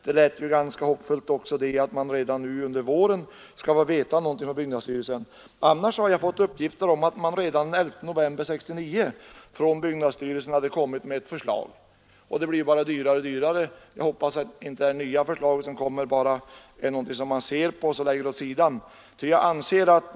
Det lät ju ganska hoppfullt att man redan under våren skall få uppgifter om detta från byggnadsstyrelsen. Annars har jag fått uppgift om att man redan den 11 november 1969 hade framlagt ett förslag från byggnadsstyrelsen. Byggnadskostnaderna blir ju bara högre och högre, och jag hoppas därför att det nya förslaget inte bara kommer att läggas åt sidan sedan man studerat det.